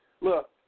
Look